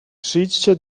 przyjdźcie